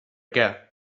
què